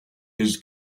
his